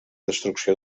destrucció